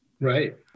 Right